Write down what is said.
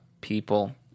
people